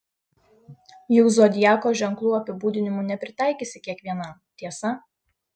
juk zodiako ženklų apibūdinimų nepritaikysi kiekvienam tiesa